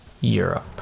Europe